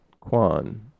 Kwan